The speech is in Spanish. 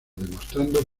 demostrando